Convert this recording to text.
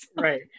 Right